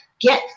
get